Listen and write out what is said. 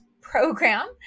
program